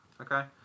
Okay